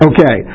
Okay